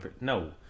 No